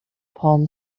palm